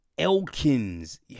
Elkins